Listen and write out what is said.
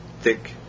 thick